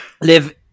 live